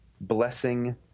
blessing